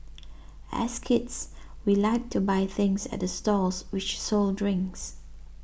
as kids we liked to buy things at the stalls which sold drinks